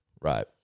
right